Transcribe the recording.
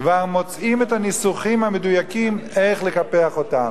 כבר מוצאים את הניסוחים המדויקים איך לקפח אותם.